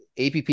APP